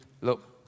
Look